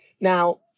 now